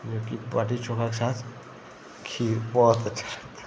जोकि बाटी चोख़ा के साथ खीर बहुत अच्छी लगती है